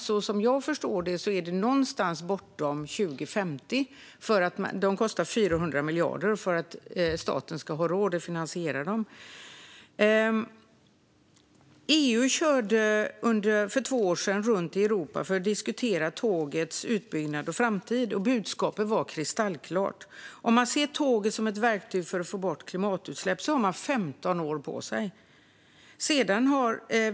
Som jag förstår det är det någonstans bortom 2050 för att staten ska ha råd att finansiera dem. De kostar 400 miljarder. EU körde för två år sedan runt i Europa för att diskutera tågets utbyggnad och framtid. Budskapet var kristallklart. Om man ser tåget som ett verktyg för att få bort klimatutsläpp har man 15 år på sig.